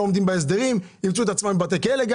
לא יעמדו בהסדרים וימצאו את עצמם בבתי כלא.